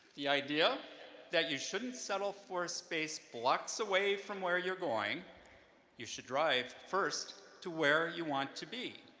the idea that you shouldn't settle for a space blocks away from where you're going you should drive first to where you want to be.